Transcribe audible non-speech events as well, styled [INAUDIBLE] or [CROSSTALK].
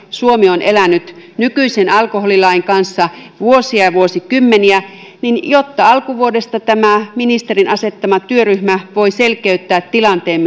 [UNINTELLIGIBLE] suomi on elänyt nykyisen alkoholilain kanssa vuosia ja vuosikymmeniä jotta alkuvuodesta tämä ministerin asettama työryhmä voi selkeyttää tilanteen [UNINTELLIGIBLE]